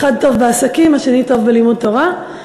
אחד טוב בעסקים והשני טוב בלימוד תורה.